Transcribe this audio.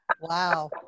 Wow